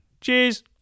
Cheers